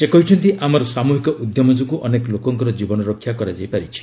ସେ କହିଛନ୍ତି ଆମର ସାମୁହିକ ଉଦ୍ୟମ ଯୋଗୁଁ ଅନେକ ଲୋକଙ୍କର ଜୀବନରକ୍ଷା କରାଯାଇ ପାରିଛି